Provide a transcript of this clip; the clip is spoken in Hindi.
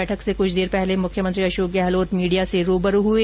बैठक से कुछ देर पहले मुख्यमंत्री अशोक गहलोत मीडिया से रूबरू हए